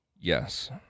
Yes